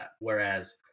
Whereas